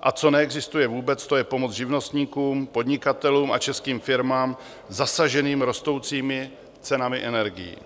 A co neexistuje vůbec, to je pomoc živnostníkům, podnikatelům a českým firmám zasaženými rostoucími cenami energií,